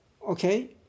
okay